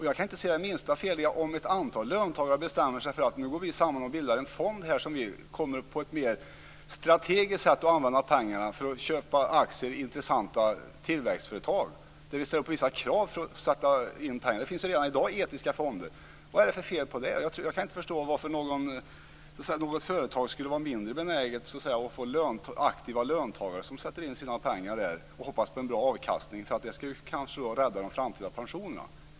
Jag kan inte se det minsta fel i att ett antal löntagare bestämmer sig för att gå samman och bilda en fond som innebär ett mer strategiskt sätt använda pengarna, dvs. att köpa aktier i intressanta tillväxtföretag. Det finns ju etiska fonder redan i dag. Vad är det för fel på det? Jag kan inte förstå varför något företag skulle vara mindre benäget att få aktiva löntagare som sätter in sina pengar där och hoppas på en bra avkastning, för det ska ju kanske rädda de framtida pensionerna.